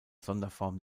sonderform